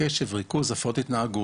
בעיות קשב וריכוז או הפרעות התנהגות.